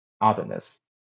otherness